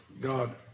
God